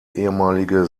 ehemalige